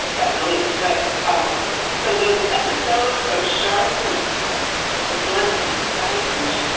like so but um so those episodes of sharp, and and blunt language,